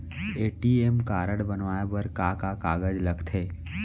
ATM card बनवाये बर का का कागज लगथे?